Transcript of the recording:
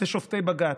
זה שופטי בג"ץ.